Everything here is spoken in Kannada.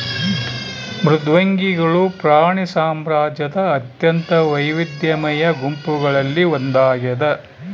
ಮೃದ್ವಂಗಿಗಳು ಪ್ರಾಣಿ ಸಾಮ್ರಾಜ್ಯದ ಅತ್ಯಂತ ವೈವಿಧ್ಯಮಯ ಗುಂಪುಗಳಲ್ಲಿ ಒಂದಾಗಿದ